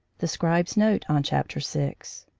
the scribe's note on chapter six